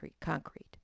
concrete